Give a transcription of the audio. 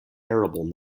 terrible